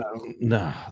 No